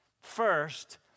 first